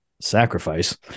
Sacrifice